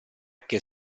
che